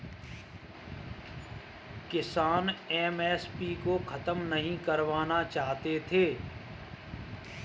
किसान एम.एस.पी को खत्म नहीं करवाना चाहते थे